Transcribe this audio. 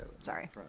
Sorry